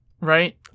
right